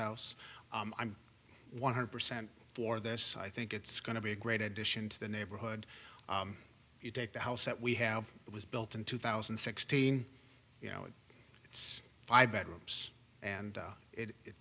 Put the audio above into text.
house i'm one hundred percent for this i think it's going to be a great addition to the neighborhood you take the house that we have it was built in two thousand and sixteen you know it's five bedrooms and